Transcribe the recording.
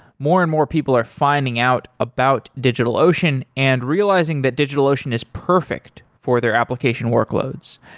more and more people are finding out about digitalocean and realizing that digitalocean is perfect for their application workloads.